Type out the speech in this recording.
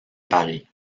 paris